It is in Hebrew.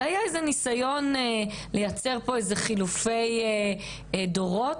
היה איזה ניסיון לייצר פה חילופי דורות?